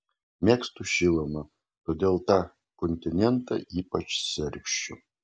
mėgstu šilumą todėl tą kontinentą ypač sergsčiu